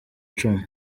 icumi